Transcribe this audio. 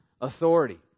authority